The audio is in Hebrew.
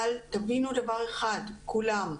אבל תבינו דבר אחד כולם,